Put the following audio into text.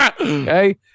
Okay